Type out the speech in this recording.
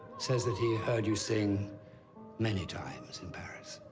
says that he heard you sing many times in paris.